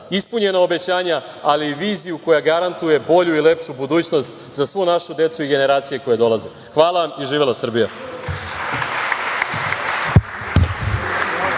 ispunjena obećanja, ali i viziju koja garantuje bolju i lepšu budućnost za svu našu decu i generacije koje dolaze. Hvala vam. Živela Srbija!